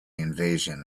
invasion